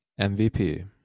MVP